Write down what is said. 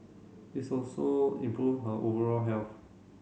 its also improve her overall health